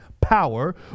power